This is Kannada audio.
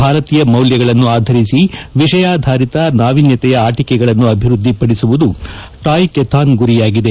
ಭಾರತೀಯ ಮೌಲ್ಯಗಳನ್ನು ಆಧರಿಸಿ ವಿಷಯಾಧರಿತ ನಾವಿನ್ಯತೆಯ ಆಟಿಕೆಗಳನ್ನು ಅಭಿವೃದ್ಧಿಪಡಿಸುವುದು ಟಾಯ್ ಕೆಥಾನ್ ಗುರಿಯಾಗಿದೆ